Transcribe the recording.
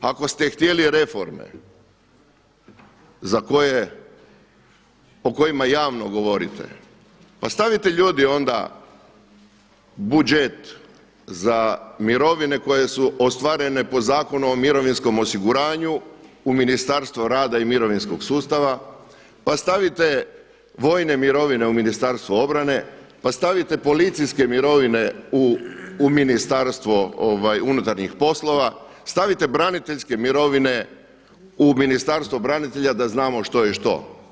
Ako ste htjeli reforme o kojima javno govorite, pa stavite, ljudi, onda budžet za mirovine koje su ostvarene po Zakonu o mirovinskom osiguranju u Ministarstvo rada i mirovinskog sustava, pa stavite vojne mirovine u Ministarstvo obrane, pa stavite policijske mirovine u Ministarstvo unutarnjih poslova, stavite braniteljske mirovine u Ministarstvo branitelja da znamo što je što.